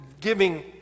giving